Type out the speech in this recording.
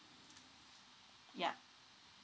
yup